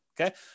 Okay